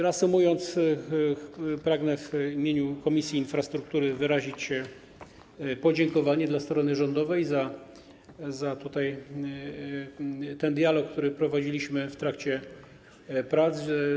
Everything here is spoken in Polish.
Reasumując, pragnę w imieniu Komisji Infrastruktury wyrazić podziękowanie dla strony rządowej za dialog, który prowadziliśmy w trakcie prac.